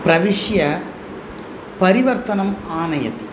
प्रविश्य परिवर्तनम् आनयन्ति